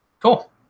Cool